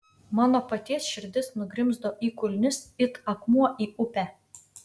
mano paties širdis nugrimzdo į kulnis it akmuo į upę